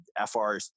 FRs